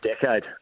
decade